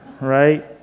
Right